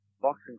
boxing